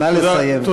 נא לסיים.